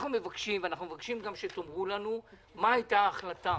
אנחנו מבקשים גם שתאמרו לנו מה הייתה ההחלטה